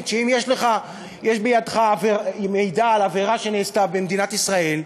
שאם יש בידך מידע על עבירה שנעשתה במדינת ישראל,